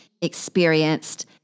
experienced